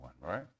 right